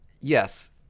Yes